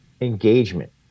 engagement